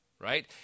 right